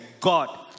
God